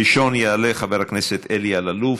ראשון יעלה חבר הכנסת אלי אלאלוף,